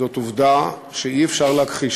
זאת עובדה שאי-אפשר להכחיש,